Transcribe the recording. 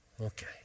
Okay